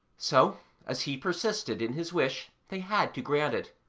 so as he persisted in his wish, they had to grant it.